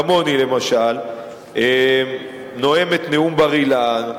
כמוני למשל, נואם את נאום בר-אילן,